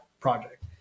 project